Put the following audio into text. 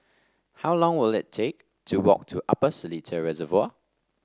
how long will it take to walk to Upper Seletar Reservoir